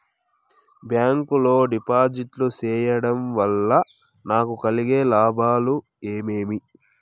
Bank లో డిపాజిట్లు సేయడం వల్ల నాకు కలిగే లాభాలు ఏమేమి?